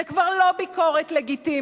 זו כבר לא ביקורת לגיטימית.